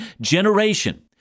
generation